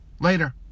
Later